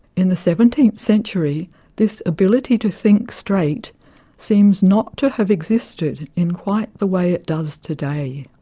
in the seventeenth century this ability to think straight seems not to have existed in quite the way it does today.